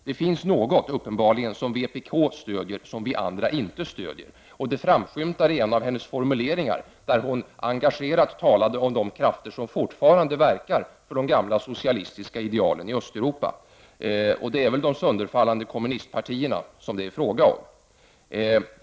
Det finns uppenbarligen något som vpk stöder och som vi andra inte stöder. Och det framskymtar i en av hennes formuleringar, nämligen att hon engagerat talade om de krafter som fortfarande verkar för de gamla socialistiska idealen i Östeuropa. Och det är väl de sönderfallande kommunistpartierna som det är fråga om.